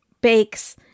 Bakes